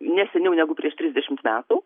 neseniau negu prieš trisdešimt metų